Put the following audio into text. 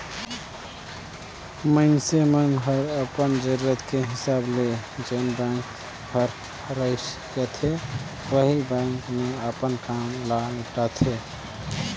मइनसे मन हर अपन जरूरत के हिसाब ले जेन बेंक हर रइस जाथे ओही बेंक मे अपन काम ल निपटाथें